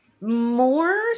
more